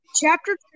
chapter